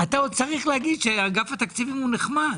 אתה עוד צריך להגיד שאגף התקציבים הוא נחמד.